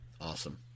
Awesome